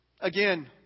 Again